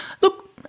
Look